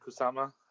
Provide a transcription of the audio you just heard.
Kusama